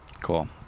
Cool